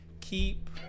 keep